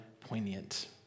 poignant